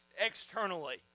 externally